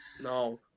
no